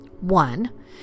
One